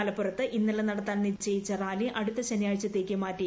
മലപ്പുറത്ത് ഇന്നലെ നടത്താൻ നിശ്ചയിച്ച റാലി അടുത്ത ശനിയാഴ്ചത്തേക്ക് മാറ്റി